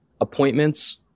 appointments